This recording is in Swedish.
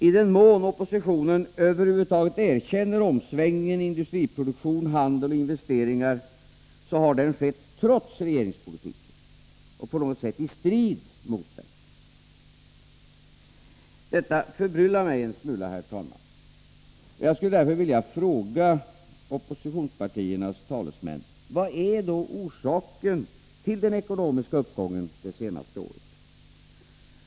I den mån oppositionen över huvud taget erkänner omsvängningen i industriproduktion, handel och investeringar, har den skett trots regeringspolitiken och på något sätt i strid mot den. Detta förbryllar mig en smula, herr talman. Jag skulle därför vilja fråga oppositionspartiernas talesmän: Vad är då orsaken till den ekonomiska uppgången det senaste året?